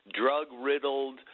Drug-riddled